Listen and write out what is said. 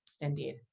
indeed